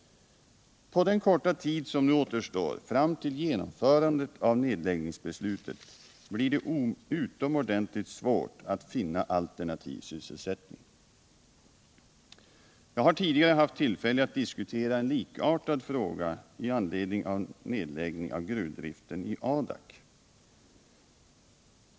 På den korta tid som nu återstår fram till genomförandet av nedläggningsbeslutet blir det utomordentligt svårt att finna alternativ sysselsättning. Jag har tidigare vid några tillfällen med industriministern diskuterat en likartad fråga med anledning av nedläggningen av gruvdriften i Adak.